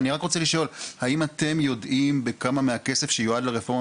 האם אתם יודעים בכמה מהכסף שיועד לרפורמה